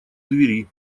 двери